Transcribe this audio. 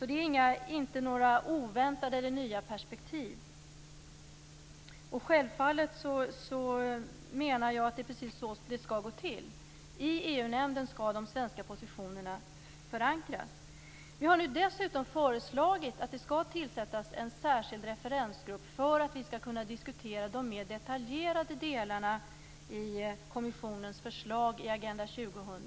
Det är inte oväntade eller nya perspektiv. Jag menar att det är precis så det skall gå till. I EU-nämnden skall de svenska positionerna förankras. Vi har föreslagit att det skall tillsättas en särskild referensgrupp för att kunna diskutera de mer detaljerade delarna i kommissionens förslag i Agenda 2000.